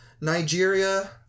Nigeria